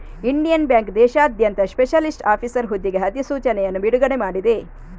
Indian bank ದೇಶಾದ್ಯಂತ specialist officer ಹುದ್ದೆಗೆ ಅಧಿಸೂಚನೆಯನ್ನು ಬಿಡುಗಡೆ ಮಾಡಿದೆ